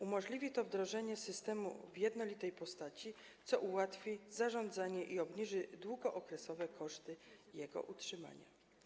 Umożliwi to wdrożenie systemu w jednolitej postaci, co ułatwi zarządzanie i obniży długookresowe koszty jego utrzymania.